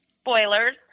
spoilers